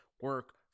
Work